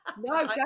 No